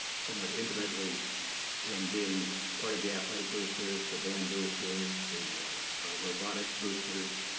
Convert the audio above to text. somewhat intimately in being part of the athletic boosters, the band boosters, the robotics boosters,